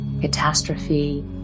catastrophe